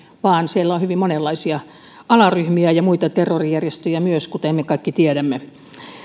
vaan siellä on hyvin monenlaisia alaryhmiä ja muita terrorijärjestöjä myös kuten me kaikki tiedämme